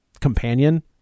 companion